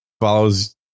follows